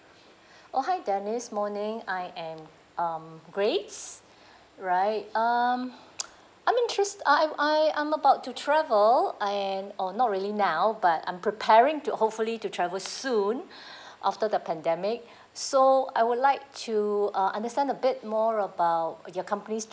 oh hi denise morning I am um grace right um I'm interes~ uh I I'm about to travel I mean uh not really now but I'm preparing to hopefully to travel soon after the pandemic so I would like to uh understand a bit more about your company's